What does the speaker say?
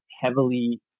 heavily